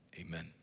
amen